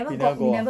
you never go ah